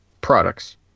products